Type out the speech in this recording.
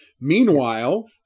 meanwhile